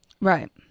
Right